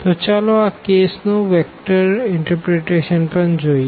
તો ચાલો આ કેસ નું વેક્ટર ઇન્ટરપ્રીટેશન પણ જોઈએ